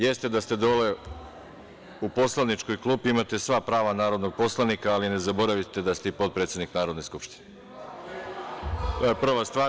Jeste da ste dole u poslaničkoj klupi, imate sva prava narodnog poslanika ali ne zaboravite da ste i potpredsednika Narodne skupštine, to je prva stvar.